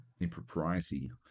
impropriety